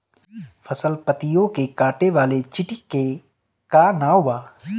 फसल पतियो के काटे वाले चिटि के का नाव बा?